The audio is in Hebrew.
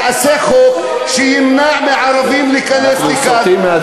תעשה חוק שימנע מערבים להיכנס לכאן אנחנו סוטים מהדיון,